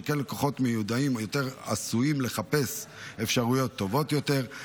שכן לקוחות מיודעים יותר עשויים לחפש אפשרויות טובות יותר.